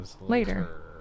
Later